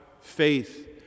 faith